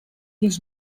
his